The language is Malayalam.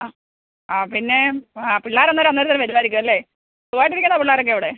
ആ ആ പിന്നെ ആ പിള്ളേർ അന്നേരം അന്നേരം വരുവായിരിക്കുവല്ലേ സുഖമായിട്ടിരിക്കുന്നോ പിള്ളാരൊക്കവിടെ